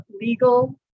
legal